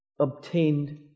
obtained